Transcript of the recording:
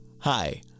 Hi